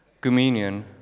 communion